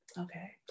Okay